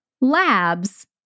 labs